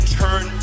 turn